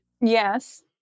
yes